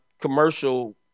commercial